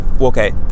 okay